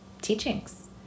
Teachings